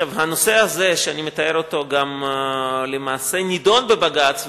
הנושא הזה שאני מתאר למעשה נדון בבג"ץ,